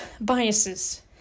biases